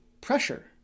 pressure